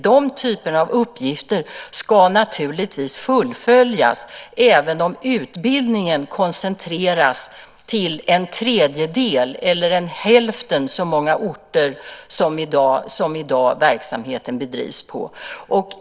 Den typen av uppgifter ska naturligtvis fullföljas även om utbildningen koncentreras till en tredjedel eller hälften så många orter som verksamheten i dag bedrivs på.